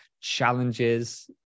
challenges